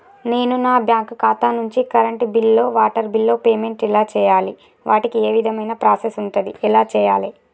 నేను నా బ్యాంకు ఖాతా నుంచి కరెంట్ బిల్లో వాటర్ బిల్లో పేమెంట్ ఎలా చేయాలి? వాటికి ఏ విధమైన ప్రాసెస్ ఉంటది? ఎలా చేయాలే?